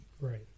Right